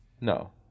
No